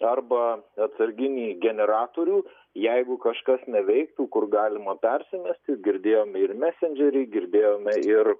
arba atsarginį generatorių jeigu kažkas neveiktų kur galima persimesti girdėjome ir mesendžerį ir girdėjome ir